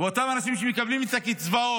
ואותם אנשים שמקבלים את הקצבאות,